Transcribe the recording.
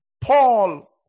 Paul